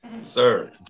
Sir